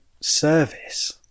service